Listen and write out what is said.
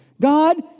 God